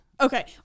Okay